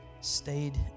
stayed